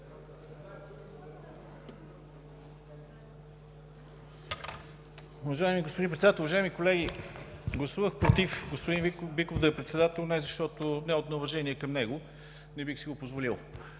Уважаеми господин Председател, уважаеми колеги! Гласувах против господин Биков да е председател, не от неуважение към него, не бих си го позволил.